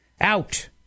Out